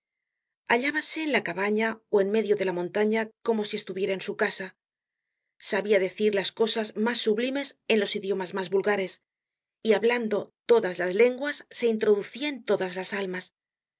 multitud hallábase en la cabaña ó en medio de la montaña como si estuviera en su casa sabia decir las cosas mas sublimes en los idiomas mas vulgares y hablando todas las lenguas se introducia en todas las almas